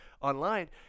online